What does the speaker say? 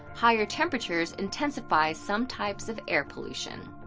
higher temperatures intensifies some types of air pollution.